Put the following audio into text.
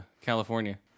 California